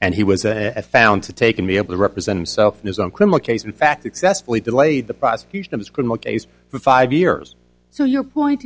and he was a found to take and be able to represent himself in his own criminal case in fact excessively delayed the prosecution of his criminal case for five years so your point